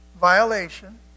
violation